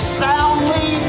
soundly